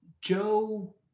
Joe